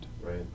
Right